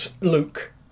Luke